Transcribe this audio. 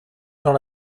dans